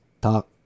Talk